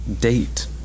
date